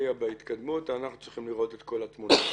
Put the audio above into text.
את כל התמונה.